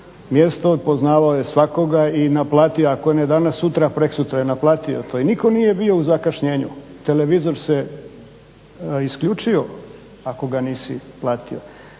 mjesto, poznavao je svakoga i naplatio je ako ne danas, sutra, preksutra je naplatio to i nitko nije bio u zakašnjenju. Televizor se isključio ako ga nisi platio.